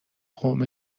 قوم